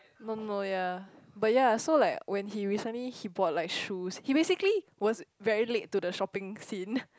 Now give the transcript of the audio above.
don't know ya but ya so like when he recently he bought like shoes he basically was very late to the shopping scene